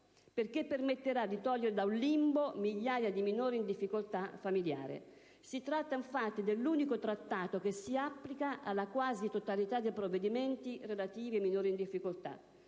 perché permetterà di togliere da un limbo migliaia di minori in difficoltà familiare. Si tratta, infatti, dell'unico Trattato che si applica alla quasi totalità dei provvedimenti relativi ai minori in difficoltà